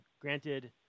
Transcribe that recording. Granted